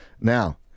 Now